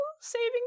saving